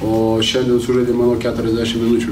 o šiandien sužaidėm manau keturiasdešimt minučių